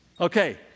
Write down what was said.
Okay